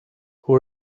who